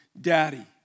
daddy